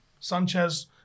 Sanchez